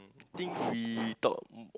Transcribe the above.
think we talk